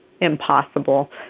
impossible